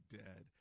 dead